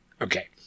okay